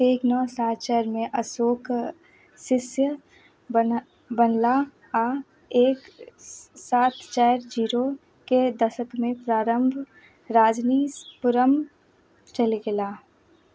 एक नओ सात चारिमे अशोक चुसिअल बनऽ बनला आओर एक सात चारि जीरोके दशकमे प्रारम्भ राजनीपुरम चलि गेलाह